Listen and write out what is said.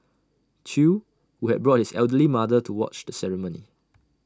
chew who had brought his elderly mother to watch the ceremony